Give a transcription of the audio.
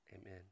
amen